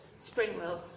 Springwell